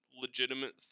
legitimate